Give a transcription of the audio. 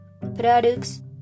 products